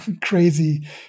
crazy